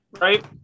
right